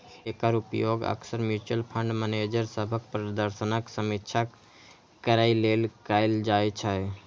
एकर उपयोग अक्सर mutual fund manager सभक प्रदर्शनक समीक्षा करै लेल कैल जाइ छै